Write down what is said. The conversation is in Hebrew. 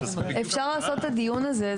אפשר לעשות את הדיון הזה.